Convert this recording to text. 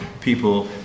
people